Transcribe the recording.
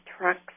trucks